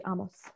Amos